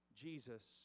Jesus